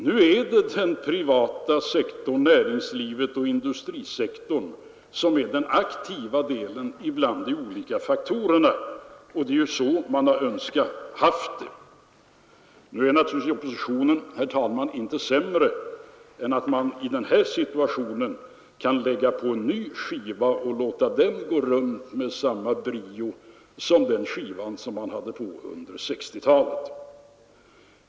Nu är det den privata sektorn — näringslivet och industrisektorn — som är den aktiva delen bland de olika faktorerna, och det är så man önskat få det. Nu är naturligtvis inte oppositionens företrädare, herr talman, sämre än att de kan lägga på en ny skiva och låta den gå runt med samma brio som den skiva de hade på under 1960-talet.